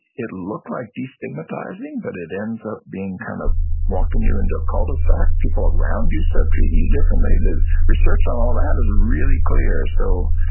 look like de-stigmatizing, but it ends up being kind of walking you into a cul-de-sac. people around you start treating you differently. the research on all that is really clear. so,